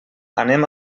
anem